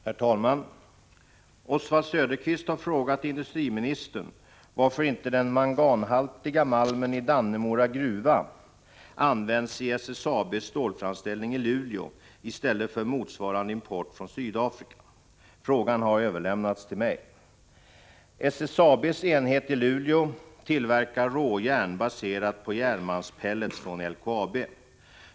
Herr talman! Oswald Söderqvist har frågat industriministern varför inte den manganhaltiga malmen i Dannemora gruva används i SSAB:s stålframställning i Luleå i stället för motsvarande import från Sydafrika. Frågan har överlämnats till mig. SSAB:s enhet i Luleå tillverkar råjärn baserat på järnmalmspellets från LKAB.